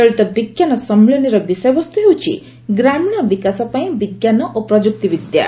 ଚଳିତ ବିଜ୍ଞାନ ସମ୍ମିଳନୀର ବିଷୟବସ୍ତ ହେଉଛି 'ଗ୍ରାମୀଣ ବିକାଶ ପାଇଁ ବିଞ୍କାନ ଓ ପ୍ରଯୁକ୍ତି ବିଦ୍ୟା'